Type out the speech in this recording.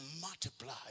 multiply